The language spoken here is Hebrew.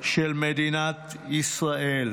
של מדינת ישראל.